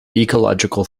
ecological